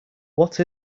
what